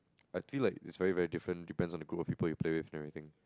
I feel like it's very very different depends on the group you play with and everything